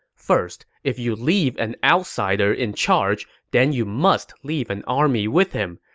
first, if you leave an outsider in charge, then you must leave an army with him,